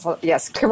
Yes